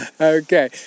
Okay